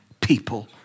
people